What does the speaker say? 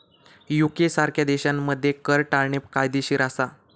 UK सारख्या देशांमध्ये कर टाळणे कायदेशीर असा